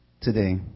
today